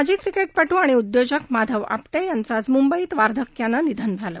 माजी क्रिकेटपटू आणि उद्योजक माधव आपटे यांचं आज मुंबईत वार्धक्यानं निधन झालं